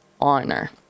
honor